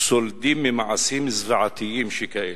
סולדים ממעשים זוועתיים שכאלה.